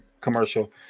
commercial